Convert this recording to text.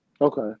Okay